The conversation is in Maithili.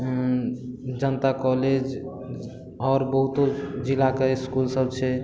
जनता कॉलेज आओर बहुतो जिला क इसकुल सभ छै